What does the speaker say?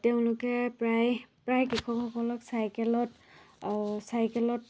তেওঁলোকে প্ৰায় প্ৰায় কৃষকসকলক চাইকেলত চাইকেলত